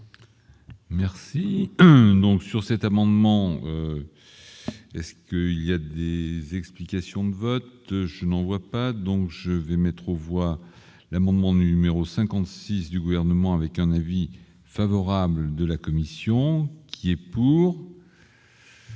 Merci donc sur cet amendement est-ce qu'il y a des explications de vote, je n'en vois pas donc je vais mettre aux voix l'amendement numéro 56 du gouvernement avec un avis favorable de la commission qui est pour.